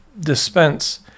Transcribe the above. dispense